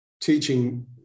teaching